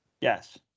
Yes